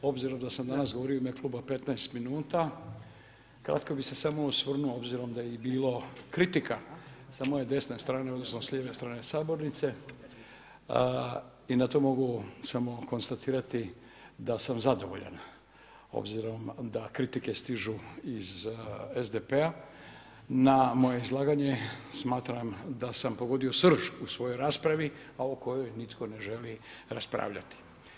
Obzirom da sam danas govorio u ime kluba 15 minuta, kratko bi se samo osvrnuo obzirom da je bilo i kritika sa moje desne strane odnosno lijeve strane sabornice i na to mogu samo konstatirati da sam zadovoljan obzirom da kritike stižu iz SDP-a na moje izlaganje, smatram da sam pogodio srž u svojoj rasprava a o kojoj nitko ne želi raspravljati.